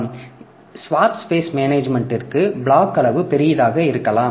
எனவே swap space மேனேஜ்மென்ட்ற்கு block அளவு பெரியதாக இருக்கலாம்